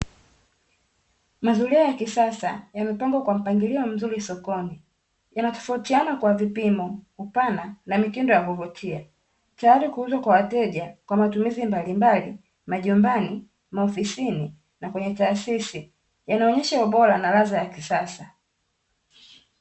Mazulia ya kisasa yamepangwa kwa mpangilio mzuri sokoni, yanatofautiana kwa vipimo, upana na mitindo ya kuvutia. Tayari kuuzwa kwa wateja kwa matumizi mbalimbali majumbani, maofisini na kwenye taasisi. Yanaonyesha ubora na ladha ya kisasa.